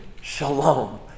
shalom